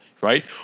Right